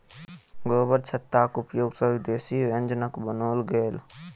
गोबरछत्ताक उपयोग सॅ विदेशी व्यंजनक बनाओल गेल